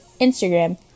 Instagram